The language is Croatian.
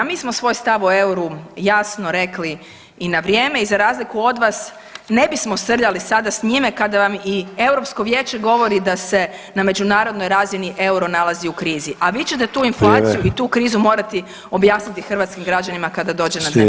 Mi smo svoj stav o euru jasno rekli i na vrijeme i za razliku od vas ne bismo srljali sada s njime kada vam i Europsko vijeće govori da se na međunarodnoj razini euro nalazi u krizi, a vi ćete tu inflaciju i tu krizu morati objasniti hrvatskim građanima kada dođe na dnevni red.